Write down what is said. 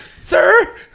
Sir